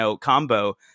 combo